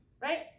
right